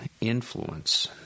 influence